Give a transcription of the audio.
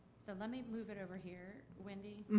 so let me move it over here, wendy.